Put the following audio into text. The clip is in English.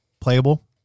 playable